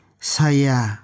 saya